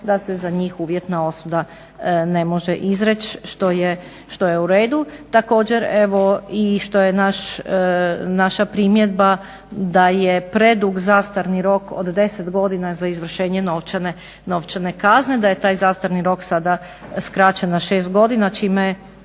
da se za njih uvjetna osuda ne može izreći što je u redu. Također evo i što je naša primjedba, da je predug zastarni rok od 10 godina za izvršenje novčane kazne, da je taj zastarni rok sada skraćen na 6 godina čime